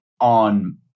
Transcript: on